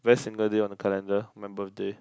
very similar day on the calendar my birthday